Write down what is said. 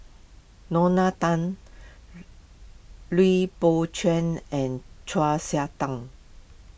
Lorna Tan Lui Pao Chuen and Chau Sik Tang